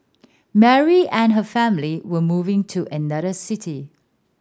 Mary and her family were moving to another city